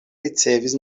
ricevis